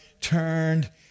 turned